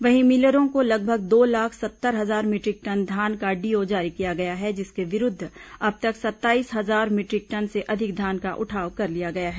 वहीं मिलरों को लगभग दो लाख सत्तर हजार मीटरिक टन धान का डीओ जारी किया गया है जिसके विरूद्व अब तक सत्ताईस हजार मीटरिक टन से अधिक धान का उठाव कर लिया गया है